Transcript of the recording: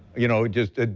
you know, just ah